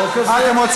אני מזהירה אותך,